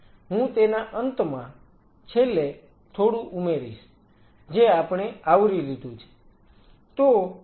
હું તેના અંતમાં છેલ્લે થોડું ઉમેરીશ જે આપણે આવરી લીધું છે